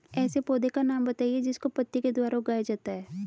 ऐसे पौधे का नाम बताइए जिसको पत्ती के द्वारा उगाया जाता है